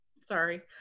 Sorry